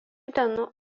dienų